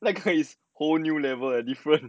他可以是 whole new level liao different